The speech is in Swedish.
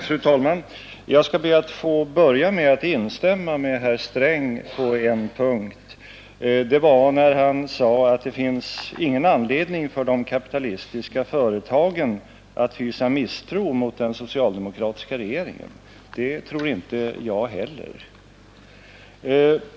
Fru talman! Jag skall be att få börja med att instämma med herr Sträng på en punkt, nämligen när han sade att det finns ingen anledning för de kapitalistiska företagen att hysa misstro mot den socialdemokratiska regeringen. Det tror inte jag heller.